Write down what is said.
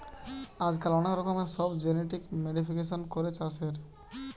আজকাল অনেক রকমের সব জেনেটিক মোডিফিকেশান করে চাষের